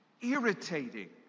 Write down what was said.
irritating